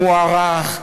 מוערך.